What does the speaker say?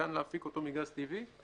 ניתן להפיק אותו מגז טבעי.